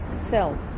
sell